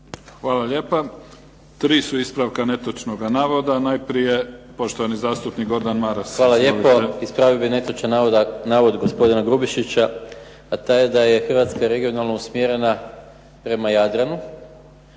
Hvala lijepa. Tri su ispravka netočnoga navoda. Najprije poštovani zastupnik Gordan Maras. Izvolite. **Maras, Gordan (SDP)** Hvala lijepo. Ispravio bih netočan navod gospodina Grubišića, a taj je da je Hrvatska regionalno usmjerena prema Jadranu.